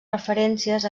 referències